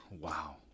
wow